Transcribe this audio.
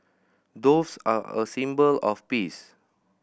doves are a symbol of peace